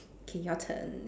K your turn